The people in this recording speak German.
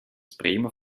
bremer